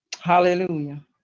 Hallelujah